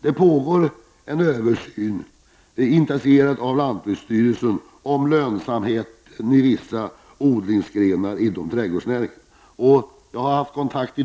Det pågår en översyn initierad av lantbruksstyrelsen om lönsamheten i vissa odlingsgrenar inom trädgårdsnäringen.